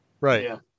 Right